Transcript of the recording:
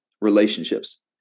relationships